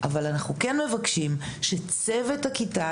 אבל אנחנו כן מבקשים שצוות הכיתה,